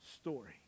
story